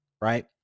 right